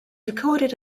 recorded